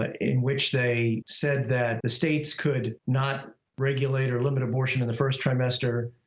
ah in which they said that the states could not regulate or limit abortion in the first trimester.